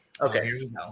Okay